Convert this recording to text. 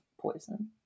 poison